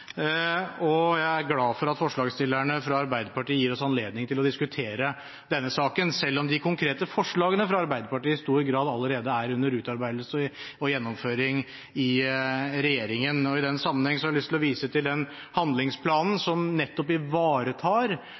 problem. Jeg er glad for at forslagsstillerne fra Arbeiderpartiet gir oss anledning til å diskutere denne saken, selv om de konkrete forslagene fra Arbeiderpartiet i stor grad allerede er under utarbeidelse og gjennomføring i regjeringen. I den sammenheng har jeg lyst til vise til den handlingsplanen som nettopp ivaretar